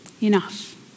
enough